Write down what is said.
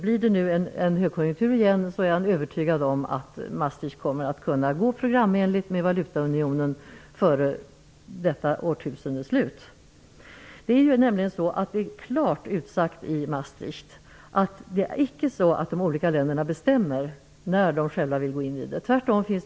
Blir det en högkonjunktur är han övertygad om att Maastrichtavtalet kommer att fullföljas programenligt, med en valutaunion före detta årtusendes slut. Det är klart utsagt i Maastrichtavtalet att det icke är de olika länderna som bestämmer när de själva vill gå in i valutaunionen.